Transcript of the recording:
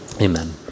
amen